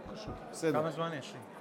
כמה זמן יש לי?